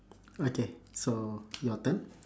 okay so your turn